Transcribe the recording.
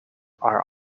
are